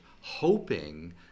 hoping